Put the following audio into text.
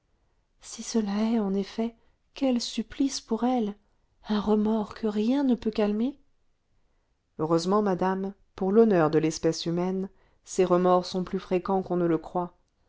si cela est en effet quel supplice pour elle un remords que rien ne peut calmer heureusement madame pour l'honneur de l'espèce humaine ces remords sont plus fréquents qu'on ne le croit